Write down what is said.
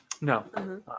No